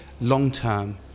long-term